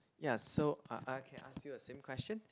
ya so I I can ask you the same question